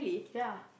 ya